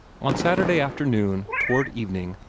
on saturday afternoon, toward evening,